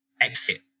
exit